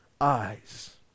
eyes